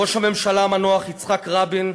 ראש הממשלה המנוח יצחק רבין,